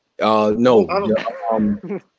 No